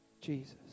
Jesus